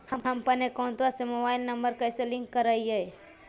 हमपन अकौउतवा से मोबाईल नंबर कैसे लिंक करैइय?